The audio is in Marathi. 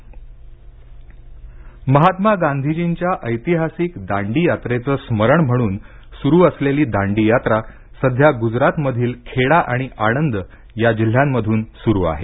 दांडी यात्रा महात्मा गांधीजींच्या ऐतिहासिक दांडी यात्रेचं स्मरण म्हणून सुरू असलेली दांडी यात्रा सध्या गुजरात मधील खेडा आणि आणंद या जिल्ह्यांमधून सुरू आहे